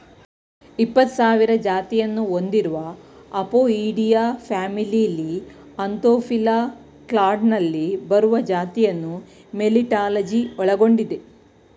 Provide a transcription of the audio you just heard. ಇಪ್ಪತ್ಸಾವಿರ ಜಾತಿಯನ್ನು ಹೊಂದಿರುವ ಅಪೊಯಿಡಿಯಾ ಫ್ಯಾಮಿಲಿಲಿ ಆಂಥೋಫಿಲಾ ಕ್ಲಾಡ್ನಲ್ಲಿ ಬರುವ ಜಾತಿಯನ್ನು ಮೆಲಿಟಾಲಜಿ ಒಳಗೊಂಡಿದೆ